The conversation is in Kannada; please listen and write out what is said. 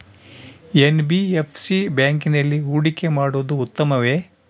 ಎನ್.ಬಿ.ಎಫ್.ಸಿ ಬ್ಯಾಂಕಿನಲ್ಲಿ ಹೂಡಿಕೆ ಮಾಡುವುದು ಉತ್ತಮವೆ?